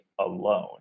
alone